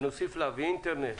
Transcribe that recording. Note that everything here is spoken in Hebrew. ונוסיף אליו אינטרנט,